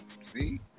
See